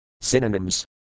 Synonyms